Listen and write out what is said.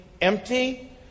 empty